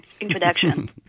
introduction